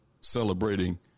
Celebrating